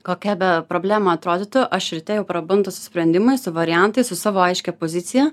kokia be problema atrodytų aš ryte jau prabundu su sprendimais su variantais su savo aiškia pozicija